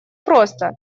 просто